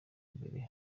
imbere